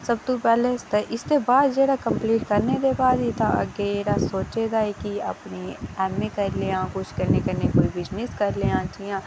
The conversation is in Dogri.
सबतूं पैह्लें इ'यै ते इसदे बाद कम्पलीट करने दे बाद अग्गें जेह्ड़ा सोचे दा कि अपनी ऐम्मए करी लेआं जां कोई बिजनेस करी लेआं कोई